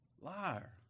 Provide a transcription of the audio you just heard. Liar